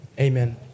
Amen